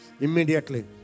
Immediately